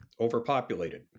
overpopulated